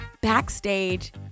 Backstage